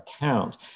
account